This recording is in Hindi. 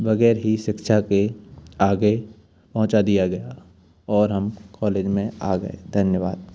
वगैर ही शिक्षा के आगे पहुँचा दिया गया और हम कौलेज में आ गए धन्यवाद